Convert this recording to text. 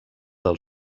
del